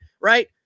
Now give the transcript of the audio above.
right